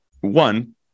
one